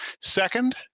Second